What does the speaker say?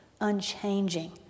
unchanging